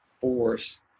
force